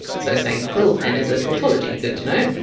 so saying quill pen is a tautology, good to know.